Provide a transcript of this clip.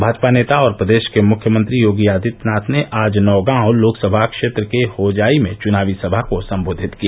भाजपा नेता और प्रदेष के मुख्यमंत्री योगी आदित्यनाथ ने आज नौगांव लोकसभा क्षेत्र के होजाई में चुनावी सभा को सम्बोधित किया